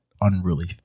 unruly